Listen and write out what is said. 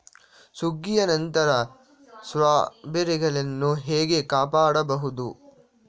ಸುಗ್ಗಿಯ ನಂತರ ಸ್ಟ್ರಾಬೆರಿಗಳನ್ನು ಹೇಗೆ ಕಾಪಾಡ ಬಹುದು?